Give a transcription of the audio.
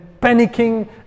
panicking